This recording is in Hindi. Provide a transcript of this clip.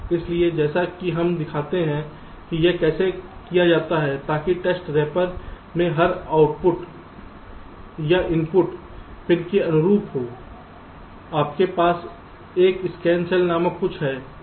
इसलिए जैसा कि हम दिखाते हैं कि यह कैसे किया जाता है ताकि टेस्ट रैपर में हर इनपुट या आउटपुट पिन के अनुरूप हो आपके पास एक स्कैन सेल नामक कुछ है